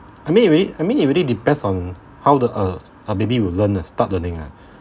I mean it really I mean it really depends on how the uh uh maybe we'll learn uh start learning ah